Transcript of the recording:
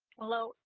hello,